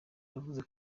yavuze